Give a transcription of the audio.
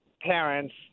parents